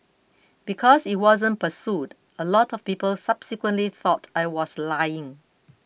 because it wasn't pursued a lot of people subsequently thought I was lying